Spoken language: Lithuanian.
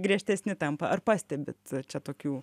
griežtesni tampa ar pastebit čia tokių